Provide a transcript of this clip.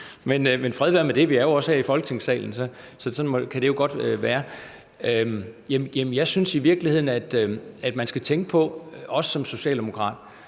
Men fred være med det; vi er jo også her i Folketingssalen, så sådan kan det jo godt være. Jamen jeg synes i virkeligheden, at man skal tænke på – også som socialdemokrat